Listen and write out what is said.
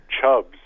chubs